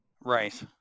Right